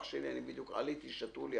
אני בדיוק עליתי שתו לי,